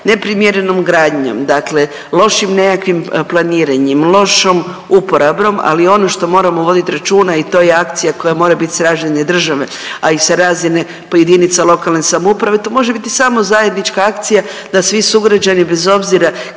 Neprimjerenom gradnjom dakle lošim nekakvim planiranjem, lošom uporabom, ali ono što moramo voditi računa i to je akcija koja mora biti s razine države, a i sa razine po jedinica lokalne samouprave, to može biti samo zajednička akcija da svi sugrađani bez obzira